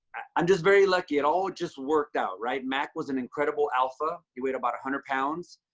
i'm just very lucky. it all just worked out right. mac was an incredible alpha. he weighed about a hundred pounds.